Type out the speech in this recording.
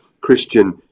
Christian